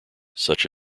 such